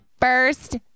First